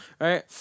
Right